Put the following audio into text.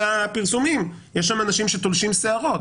הפרסומים יש שם אנשים שתולשים שערות.